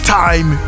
time